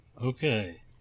Okay